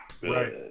Right